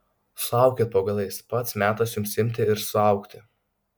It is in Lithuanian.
suaukit po galais pats metas jums imti ir suaugti